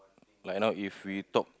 like now if we talk